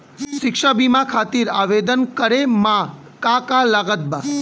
शिक्षा बीमा खातिर आवेदन करे म का का लागत बा?